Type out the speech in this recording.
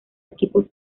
equipos